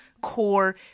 core